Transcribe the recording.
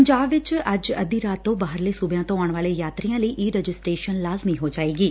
ਪੰਜਾਬ ਚ ਅੱਜ ਅੱਧੀ ਰਾਤ ਤੋ ਬਾਹਰਲੇ ਸੂਬਿਆਂ ਤੋ ਆਉਣ ਵਾਲੇ ਯਾਤਰੀਆਂ ਲਈ ਈ ਰਜਿਸਟਰੇਸ਼ਨ ਲਾਜ਼ਮੀ ਹੋ ਜਾਏਗੀ